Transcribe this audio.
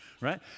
right